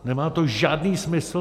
Nemá to žádný smysl!